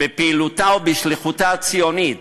בפעילותה ובשליחותה הציונית,